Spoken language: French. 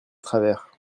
travers